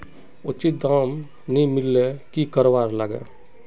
उचित दाम नि मिलले की करवार लगे?